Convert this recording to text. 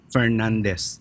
Fernandez